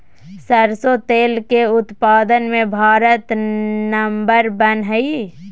सरसों तेल के उत्पाद मे भारत नंबर वन हइ